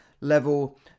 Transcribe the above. level